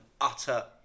utter